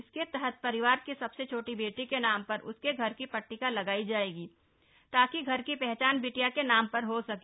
इसके तहत परिवार की सबसे छोटी बेटी के नाम पर उसके घर की पट्टिका लगाई जाएगी ताकि घर की पहचान बिटिया के नाम पर हो सके